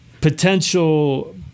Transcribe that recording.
potential